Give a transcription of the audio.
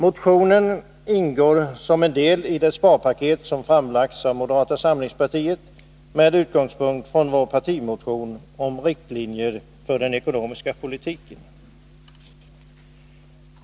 Motionen ingår som en del i det sparpaket som framlagts av moderata samlingspartiet med utgångspunkt i vår partimotion om riktlinjer för den ekonomiska politiken.